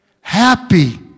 happy